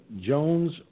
Jones